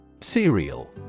Cereal